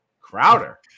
Crowder